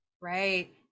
Right